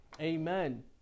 Amen